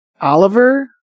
Oliver